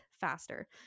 faster